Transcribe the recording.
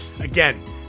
Again